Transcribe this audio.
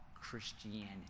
Christianity